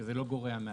זה לא גורע מהסמכות.